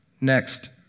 Next